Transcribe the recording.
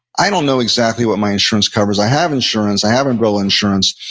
i don't know exactly what my insurance covers. i have insurance. i have umbrella insurance,